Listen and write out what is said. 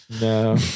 No